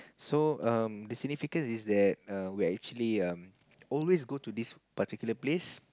so um the significance is that err we actually um always go to this particular place